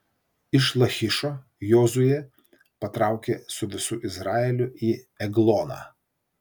iš lachišo jozuė patraukė su visu izraeliu į egloną